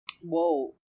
Whoa